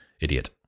idiot